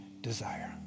desire